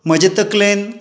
म्हजे तकलेन